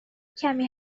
کمی